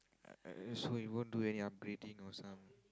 uh uh so you won't do any upgrading or some